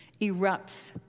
erupts